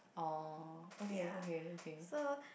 orh okay okay okay